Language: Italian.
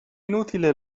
inutile